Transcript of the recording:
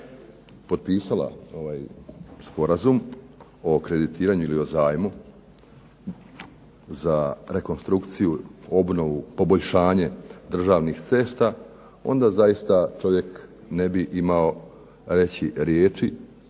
potpisala ovaj sporazum o kreditiranju ili o zajmu za rekonstrukciju, obnovu, poboljšanje državnih cesta, onda zaista čovjek ne bi imao reći riječi